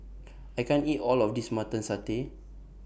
I can't eat All of This Mutton Satay